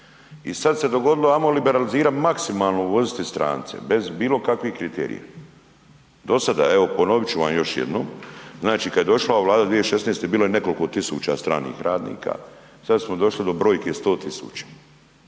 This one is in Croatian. I sada se dogodilo ajmo liberalizirati maksimalno uvoziti strance bez bilo kakvih kriterija. Do sada, evo ponovit ću vam još jednom, znači kad je došla ova Vlada 2016. bilo je nekoliko tisuća stranih radnika, sada smo došli do brojke 100.000,